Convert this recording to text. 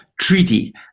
treaty